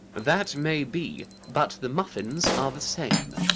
that may be. but the muffins are the same.